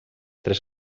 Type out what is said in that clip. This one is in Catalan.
tres